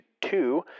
two